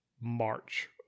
March